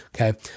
Okay